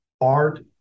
art